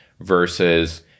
versus